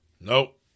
Nope